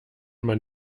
man